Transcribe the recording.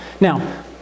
Now